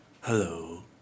Hello